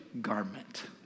garment